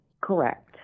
Correct